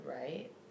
right